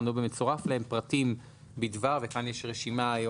או במצורף להם פרטים בדבר הדברים המופיעים ברשימה,